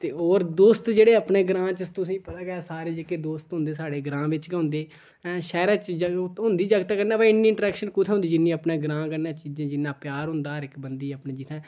ते होर दोस्त जेह्ड़े अपने ग्रांऽ च तुसें गी पता गै सारे जेह्के दोस्त होंदे सारे ग्रांऽ बिच गै होंदे ऐं शैह्रै च होंदी जागतै कन्नै पर इन्नी इंट्रैक्शन कुत्थै होंदी जिन्नी अपने ग्रांऽ कन्नै चीजें जिन्ना प्यार होंदा हर इक बंदे गी जित्थै